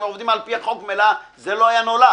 עובדים על פי החוק וממילא זה לא היה נולד.